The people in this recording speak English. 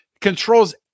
controls